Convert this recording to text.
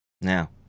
Now